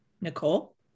Nicole